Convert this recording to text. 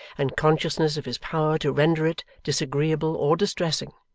and consciousness of his power to render it disagreeable or distressing,